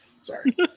Sorry